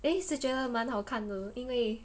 eh 是觉得蛮好看的因为